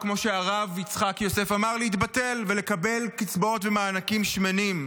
או כמו שהרב יצחק יוסף אמר: להתבטל ולקבל קצבאות ומענקים שמנים.